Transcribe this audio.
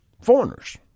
foreigners